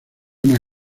una